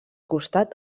costat